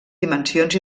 dimensions